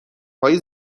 های